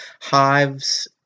hives